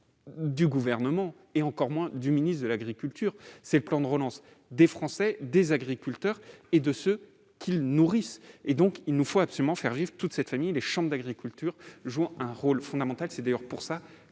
du Gouvernement et encore moins celui du ministre de l'agriculture : c'est le plan de relance des Français, des agriculteurs et de ceux qu'ils nourrissent. Il nous faut donc absolument faire vivre toute cette famille. Les chambres d'agriculture jouent un rôle fondamental. C'est d'ailleurs pour